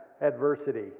adversity